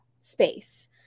space